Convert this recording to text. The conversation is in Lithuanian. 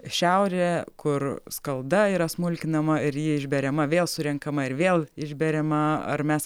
šiaurė kur skalda yra smulkinama ir ji išberiama vėl surenkama ir vėl išberiama ar mes